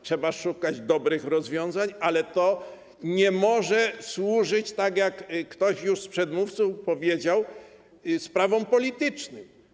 Trzeba szukać dobrych rozwiązań, ale to nie może służyć, jak ktoś z przedmówców już powiedział, sprawom politycznym.